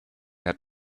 had